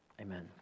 Amen